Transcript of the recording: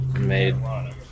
made